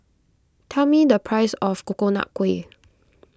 tell me the price of Coconut Kuih